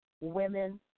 women